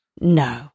No